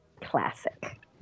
classic